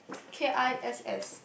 kiss